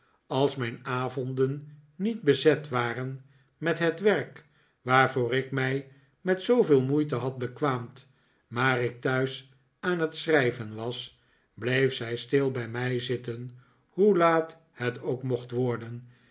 als mijn avonden niet bezet waren met het werk waarvoor ik mij met zooveel moeite had bekwaamd maar ik thuis aan het schrijven was bleef zij stil bij mij zitten hoe laat het ook mocht worden